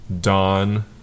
Dawn